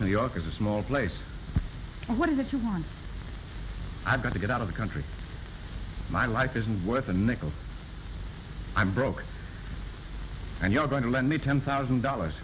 new york is a small place what is it you want i've got to get out of the country my life isn't worth a nickel i'm broke and you're going to lend me ten thousand dollars